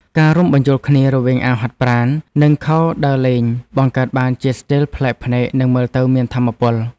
ការរួមបញ្ចូលគ្នារវាងអាវហាត់ប្រាណ និងខោដើរលេងបង្កើតបានជាស្ទីលប្លែកភ្នែកនិងមើលទៅមានថាមពល។